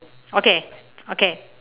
okay okay